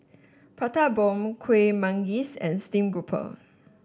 Prata Bomb Kuih Manggis and stream grouper